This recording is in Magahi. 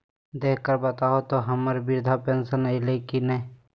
देख कर बताहो तो, हम्मर बृद्धा पेंसन आयले है की नय?